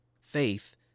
faith